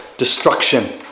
Destruction